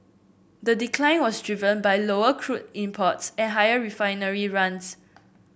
the decline was driven by lower crude imports and higher refinery runs